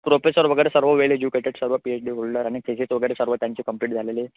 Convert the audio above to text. professor वगैरे सर्व well educated सर्व पीएचडी होल्डर आणि थिसिस वगैरे सर्व त्यांचे कंप्लीट झालेले